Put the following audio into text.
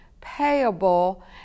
payable